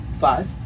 Five